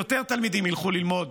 כי יותר תלמידים ילכו ללמוד